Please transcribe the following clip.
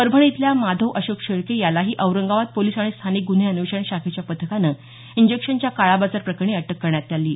परभणी इथल्या माधव अशोक शेळके यालाही औरंगाबाद पोलिस आणि स्थानिक गुन्हे अन्वेषण शाखेच्या पथकानं इंजेक्शनच्या काळाबाजार प्रकरणी अटक करण्यात आली आहे